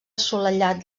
assolellat